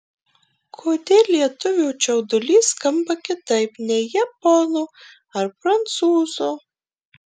kodėl lietuvio čiaudulys skamba kitaip nei japono ar prancūzo